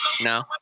No